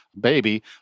baby